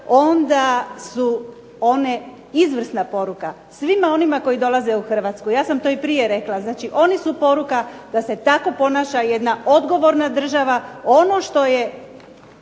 onda su one izvrsna poruka svima onima koji dolaze u Hrvatsku. Ja sam to i prije rekla. Znači oni su poruka da se tako ponaša jedna odgovorna država. Ono što je